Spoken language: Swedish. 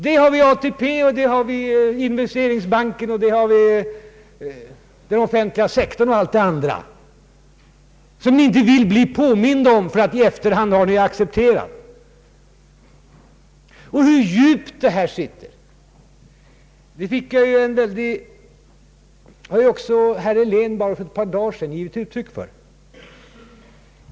Vi har ATP, Investeringsbanken, den offentliga sektorn och allt det andra som ni inte vill bli påminda om därför att ni i efterhand har accepterat det. Hur djupt detta sitter har också herr Helén bara för några dagar sedan givit uttryck åt.